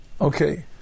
Okay